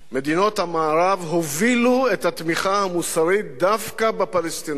מדינות המערב הובילו את התמיכה המוסרית דווקא בפלסטינים,